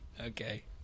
okay